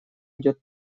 идет